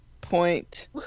point